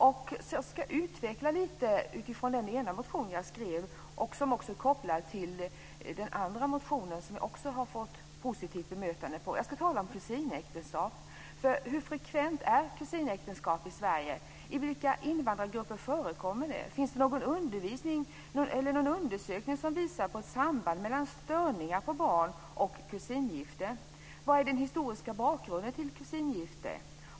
Jag ska utveckla lite utifrån den ena motionen jag skrev, som också är kopplad till den andra motionen, som jag också har fått ett positivt bemötande för. Jag ska tala om kusinäktenskap. Hur frekvent är kusinäktenskap i Sverige? I vilka invandrargrupper förekommer det? Finns det någon undersökning som visar på ett samband mellan störningar på barn och kusingifte? Vad är den historiska bakgrunden till kusingifte?